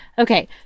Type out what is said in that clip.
Okay